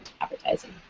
advertising